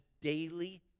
daily